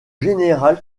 général